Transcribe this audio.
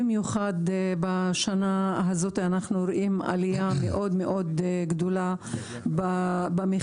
במיוחד בשנה הזאת אנחנו רואים עלייה מאוד מאוד גדולה במחירים,